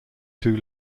too